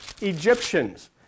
Egyptians